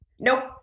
Nope